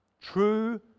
True